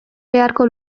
beharko